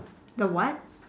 the what